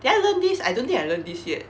did I learn this I don't think I learned this yet